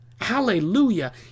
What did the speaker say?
Hallelujah